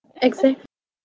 exactly